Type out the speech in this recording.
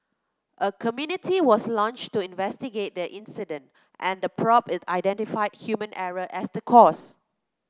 a committee was launched to investigate the incident and the probe identified human error as the cause